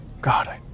God